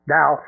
Now